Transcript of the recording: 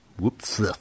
Whoops